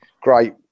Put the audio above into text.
Great